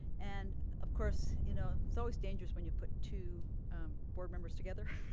and of course, you know it's always dangerous when you put two board members together.